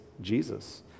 Jesus